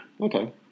Okay